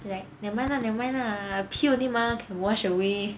like nevermind lah nevermind lah pee only mah can wash away